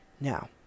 Now